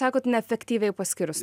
sakot neefektyviai paskirsto